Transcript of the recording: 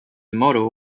motto